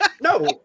No